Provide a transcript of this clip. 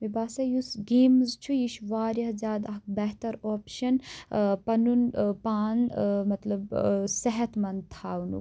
مےٚ باسیو یُس گیمٕز چھُ یہِ چھُ واریاہ زِیادٕ اکھ بہتر اوٚپشَن پَنُن پان مطلب صحت مند تھاونُک